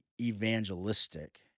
evangelistic